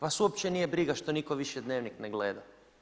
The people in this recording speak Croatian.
Vas uopće nije briga što nitko više Dnevnik ne gleda.